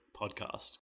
podcast